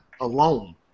alone